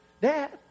Dad